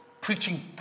Preaching